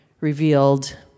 revealed